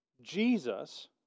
Jesus